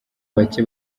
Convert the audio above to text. bake